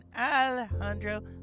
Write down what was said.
alejandro